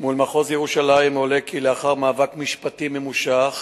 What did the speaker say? מול מחוז ירושלים עולה כי לאחר מאבק משפטי ממושך